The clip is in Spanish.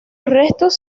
restos